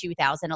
2011